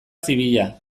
zibila